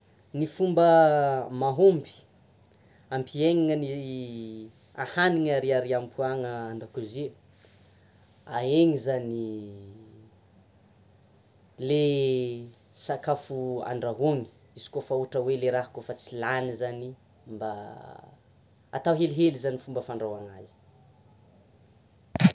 Ny fomba mahomby hampihenina ny ahanina ariariam-poana an-dakozia ahena zany ny sakafo andrahoina izy koa fa ohatra hoe le raha koa fa tsy lany zany mba atao helihely zany ny fomba fandrahoina anazy.